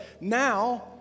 now